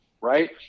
right